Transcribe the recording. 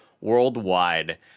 worldwide